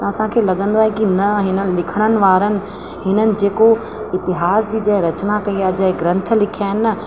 त असांखे लॻंदो आहे कि न हिननि लिखण वारनि हिननि जेको इतिहास जी जंहिं रचना कई आहे जंहिं ग्रंथ लिखिया आहिनि न